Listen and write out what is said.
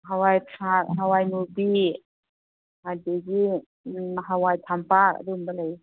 ꯍꯋꯥꯏꯊꯔꯥꯛ ꯍꯋꯥꯏ ꯃꯨꯕꯤ ꯑꯗꯒꯤ ꯍꯋꯥꯏ ꯊꯝꯄꯥꯛ ꯑꯗꯨꯒꯨꯝꯕ ꯂꯩ